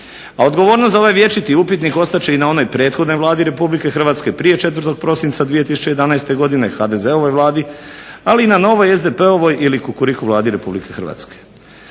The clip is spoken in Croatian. A odgovornost za ovaj vječiti upitnik ostat će i na onoj prethodnoj vladi RH prije 4. prosinca 2011. godine HDZ-ovoj vladi ali i na novoj SDP-ovoj ili Kukuriku vladi RH. Mi u HDSSB-u